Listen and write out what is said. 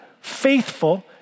faithful